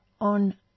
on